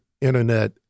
internet